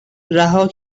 رها